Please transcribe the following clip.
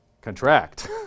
contract